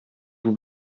vous